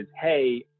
hey